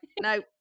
no